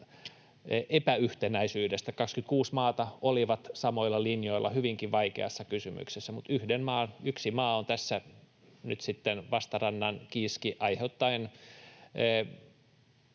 epäyhtenäisyydestä. 26 maata oli samoilla linjoilla hyvinkin vaikeassa kysymyksessä, mutta yksi maa on tässä nyt sitten vastarannan kiiski aiheuttaen